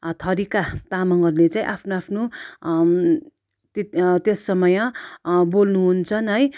थरीका तामाङहरूले चाहिँ आफ्नो आफ्नो तेत त्यस समय बोल्नु हुन्छन् है